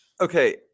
okay